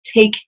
take